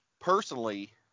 Personally